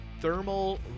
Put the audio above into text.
Thermal